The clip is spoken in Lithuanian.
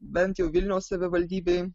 bent jau vilniaus savivaldybėj